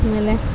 ಆಮೇಲೆ